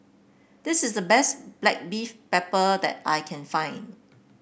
this is the best black beef pepper that I can find